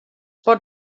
pot